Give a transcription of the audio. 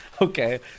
okay